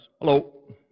hello